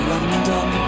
London